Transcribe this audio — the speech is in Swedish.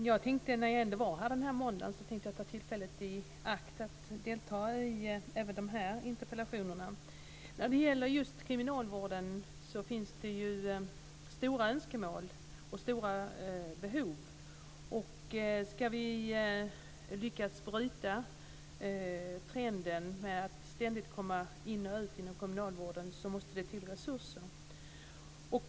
Fru talman! Eftersom jag ändå var här denna måndag, så tänkte jag ta tillfället i akt att delta även i denna interpellationsdebatt. När det gäller just kriminalvården så finns det ju stora önskemål och stora behov. Och om vi ska lyckas bryta trenden med att ständigt komma in och ut inom kriminalvården så måste det tillföras resurser.